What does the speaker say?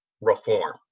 reform